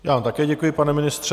Já vám také děkuji, pane ministře.